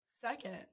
second